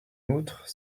outre